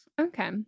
Okay